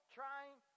trying